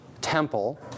temple